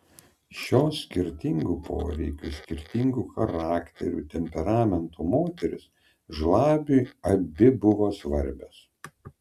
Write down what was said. šios skirtingų poreikių skirtingų charakterių temperamento moterys žlabiui abi buvo svarbios